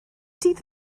dydd